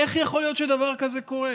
איך יכול להיות שדבר כזה קורה?